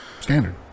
standard